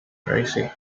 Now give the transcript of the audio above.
crazy